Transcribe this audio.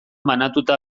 banatuta